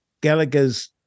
Gallagher's